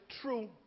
true